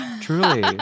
truly